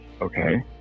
Okay